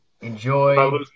Enjoy